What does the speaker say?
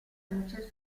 luce